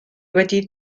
wedi